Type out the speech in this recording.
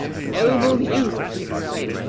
noble youth, he exclaimed,